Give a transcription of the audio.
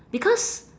because